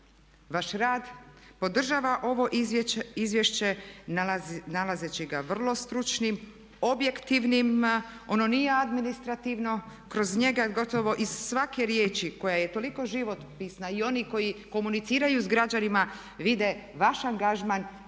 vaš rad, podržava ovo izvješće nalazeći ga vrlo stručnim, objektivnim, ono nije administrativno. Kroz njega gotovo iz svake riječi koja je toliko životopisna i oni koji komuniciraju s građanima vide vaš angažman